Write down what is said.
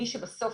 מי שבסוף